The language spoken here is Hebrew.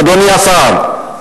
אדוני השר.